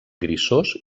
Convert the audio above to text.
grisós